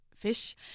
fish